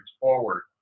forward